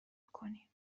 کنی